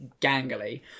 gangly